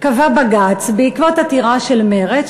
קבע בג"ץ בעקבות עתירה של מרצ,